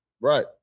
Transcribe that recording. Right